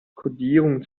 kodierung